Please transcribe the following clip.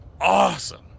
Awesome